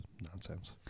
Nonsense